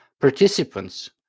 participants